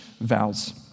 vows